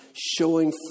showing